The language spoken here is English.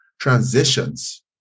transitions